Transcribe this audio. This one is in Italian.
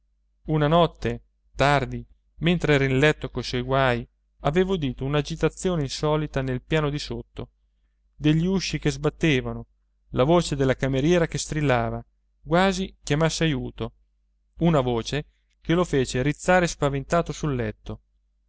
una notte tardi mentre era in letto coi suoi guai aveva udito un'agitazione insolita nel piano di sotto degli usci che sbattevano la voce della cameriera che strillava quasi chiamasse aiuto una voce che lo fece rizzare spaventato sul letto